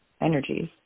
energies